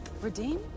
Redeem